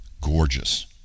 gorgeous